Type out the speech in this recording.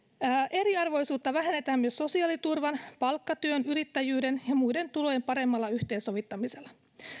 eriarvoisuutta vähennetään myös sosiaaliturvan palkkatyön yrittäjyyden ja muiden tulojen paremmalla yhteensovittamisella